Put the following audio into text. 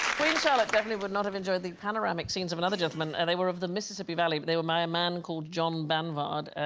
queen charlotte definitely would not have enjoyed the panoramic scenes of another gentleman and they were of the mississippi valley but they were by a man called. john banvard, ah,